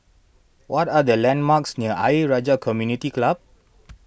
what are the landmarks near Ayer Rajah Community Club